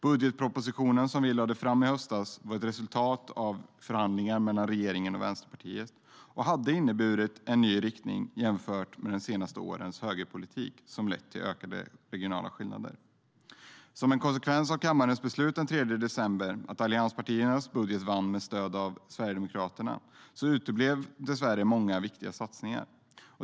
Budgetpropositionen som lades fram i höstas var ett resultat av förhandlingar mellan regeringen och Vänsterpartiet och hade inneburit en ny riktning jämfört med de senaste årens högerpolitik som lett till ökade regionala skillnader. Som en konsekvens av kammarens beslut den 3 december att allianspartiernas budget vann med stöd av Sverigedemokraterna uteblev dessvärre många viktiga satsningar.